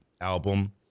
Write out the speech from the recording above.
album